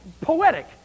poetic